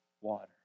water